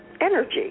energy